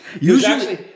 usually